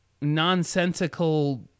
nonsensical